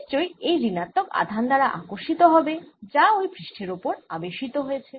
সে নিশ্চই এই ঋণাত্মক আধান দ্বারা আকর্ষিত হবে যা ওই পৃষ্ঠের ওপর আবেশিত হয়েছে